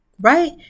right